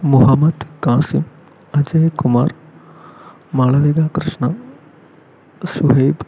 Muhammad Khasim Ajay Kumar Malavika Krishna Suhaib